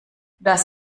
das